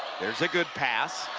there's a good pass.